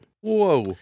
Whoa